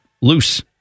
loose